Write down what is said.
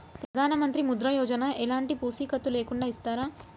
ప్రధానమంత్రి ముద్ర యోజన ఎలాంటి పూసికత్తు లేకుండా ఇస్తారా?